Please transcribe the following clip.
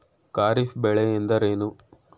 ಖಾರಿಫ್ ಬೆಳೆ ಎಂದರೇನು?